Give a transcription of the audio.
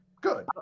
good